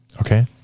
okay